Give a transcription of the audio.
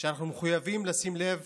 אנחנו מחויבים לשים לב